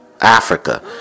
Africa